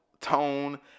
Tone